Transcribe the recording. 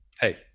hey